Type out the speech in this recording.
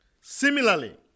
Similarly